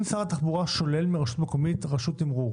אם שר התחבורה שולל מרשות מקומית רשות תמרור